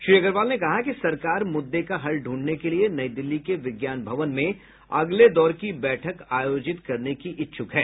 श्री अग्रवाल ने कहा कि सरकार मुद्दे का हल ढूंढने के लिए नई दिल्ली के विज्ञान भवन में अगले दौर की बैठक आयोजित करने की इच्छुक है